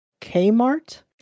Kmart